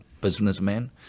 businessman